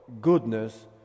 goodness